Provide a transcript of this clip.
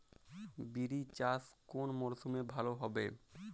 বিরি চাষ কোন মরশুমে ভালো হবে?